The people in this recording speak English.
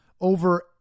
over